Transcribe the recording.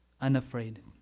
unafraid